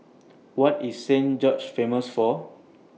What IS Saint George's Famous For